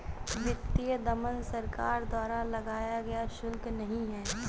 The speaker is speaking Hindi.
वित्तीय दमन सरकार द्वारा लगाया गया शुल्क नहीं है